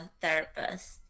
therapist